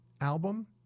album